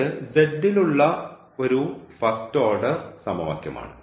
ഇത് ൽ ഉള്ള ഒരു ഫസ്റ്റ് ഓർഡർ സമവാക്യമാണ്